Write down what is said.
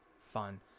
fun